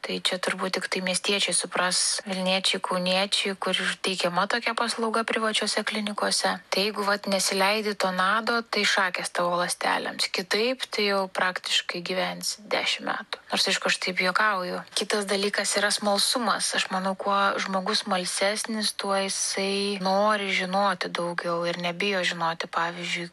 tai čia turbūt tiktai miestiečiai supras vilniečiai kauniečiai kur ir teikiama tokia paslauga privačiose klinikose tai jeigu vat nesileidi to nado tai šakės tavo ląstelėms kitaip tai jau praktiškai gyvensi dešim metų nors aišku aš taip juokauju kitas dalykas yra smalsumas aš manau kuo žmogus smalsesnis tuo jisai nori žinoti daugiau ir nebijo žinoti pavyzdžiui